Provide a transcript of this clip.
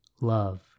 love